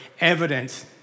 evidence